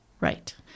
Right